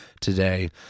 today